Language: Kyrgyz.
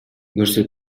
көрсө